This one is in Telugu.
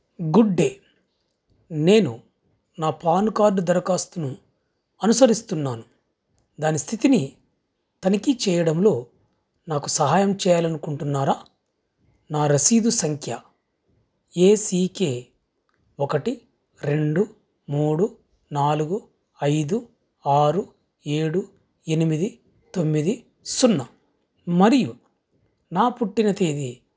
గుడ్ డే నేను నా పాన్ కార్డ్ దరఖాస్తును అనుసరిస్తున్నాను దాని స్థితిని తనిఖీ చేయడంలో నాకు సహాయం చేయాలనుకుంటున్నారా నా రసీదు సంఖ్య ఏ సి కె ఒకటి రెండు మూడు నాలుగు ఐదు ఆరు ఏడు ఎనిమిది తొమ్మిది సున్నా మరియు నా పుట్టిన తేదీ